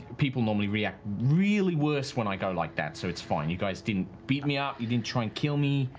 people normally react really worse when i go like that, so it's fine. you guys didn't beat me up. you didn't try and kill me.